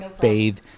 bathe